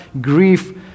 grief